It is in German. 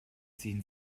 ziehen